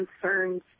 concerns